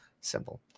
simple